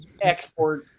Export